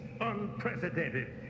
unprecedented